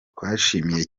twishimiye